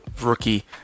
rookie